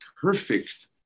perfect